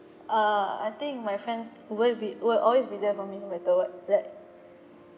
err I think my friends will be will always be there for me no matter what like